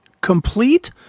complete